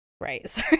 Right